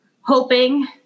hoping